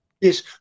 Yes